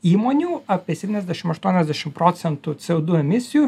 įmonių apie septyniasdešim aštuoniasdešim procentų c o du emisijų